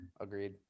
Agreed